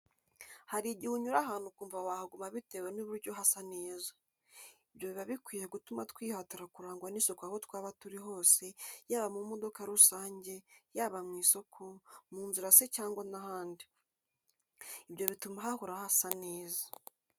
Hari igihe unyura ahantu ukumva wahaguma bitewe n'uburyo hasa neza. Ibyo biba bikwiye gutuma twihatira kurangwa n'isuku aho twaba turi hose, yaba mu modoka rusange, yaba mu isoko, mu nzira se cyangwa n'ahandi. Ibyo bituma hahora hasa neza.